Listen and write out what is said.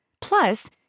Plus